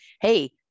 Hey